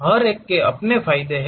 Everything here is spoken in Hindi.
हर एक के अपने फायदे हैं